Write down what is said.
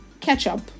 Ketchup